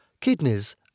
kidneys